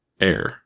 Air